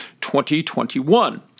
2021